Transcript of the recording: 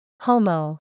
Homo